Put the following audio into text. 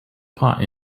pot